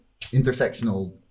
intersectional